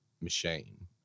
machine